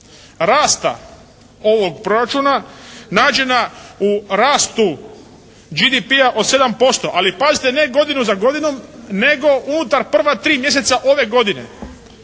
rasta ovog proračuna nađena u rastu GDP-a od 7% ali pazite ne godinu za godinu nego unutar prva tri mjeseca ove godine.